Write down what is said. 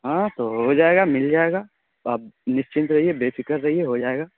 ہاں تو ہو جائے گا مل جائے گا آپ نشچنت رہیے بے فکر رہیے ہو جائے گا